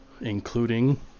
Including